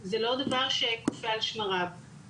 וזה לא דבר שקופא על שמריו.